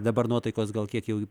dabar nuotaikos gal kiek jau